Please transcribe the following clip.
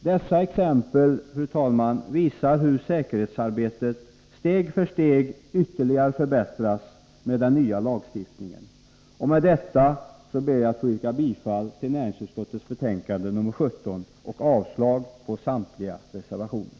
Dessa exempel visar hur säkerhetsarbetet steg för steg ytterligare förbättras med den nya lagstiftningen. Med detta, fru talman, ber jag att få yrka bifall till näringsutskottets hemställan i dess betänkande nr 17 och avslag på samtliga reservationer.